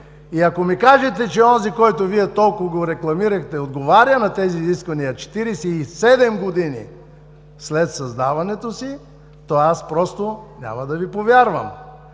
Ако ми кажете, че онзи, който Вие толкова го рекламирате, отговаря на тези изисквания 47 години след създаването си, то аз просто не мога да Ви повярвам.